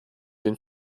den